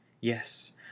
Yes